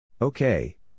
Okay